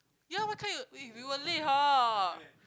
ya what kind you eh you were late hor